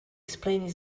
explaining